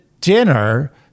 dinner